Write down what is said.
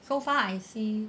so far I see